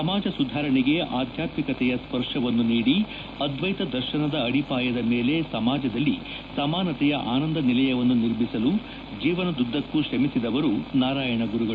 ಸಮಾಜ ಸುಧಾರಣೆಗೆ ಆಧ್ಯಾತ್ಮಿಕತೆಯ ಸ್ಪರ್ಶವನ್ನು ನೀಡಿ ಅದ್ನೈತ ದರ್ಶನದ ಅಡಿಪಾಯದ ಮೇಲೆ ಸಮಾಜದಲ್ಲಿ ಸಮಾನತೆಯ ಆನಂದ ನಿಲಯವನ್ನು ನಿರ್ಮಿಸಲು ಜೇವನದುದ್ದಕ್ಕೂ ಶ್ರಮಿಸಿದವರು ನಾರಾಯಣ ಗುರುಗಳು